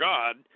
God